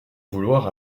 vouloir